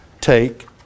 take